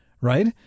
right